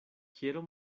quiero